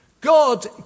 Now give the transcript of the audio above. God